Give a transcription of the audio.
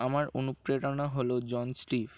আমার অনুপ্রেরণা হলো জন স্টিভ